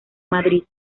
madrid